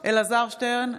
אלעזר שטרן,